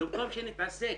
במקום שנתעסק